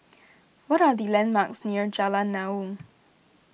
what are the landmarks near Jalan Naung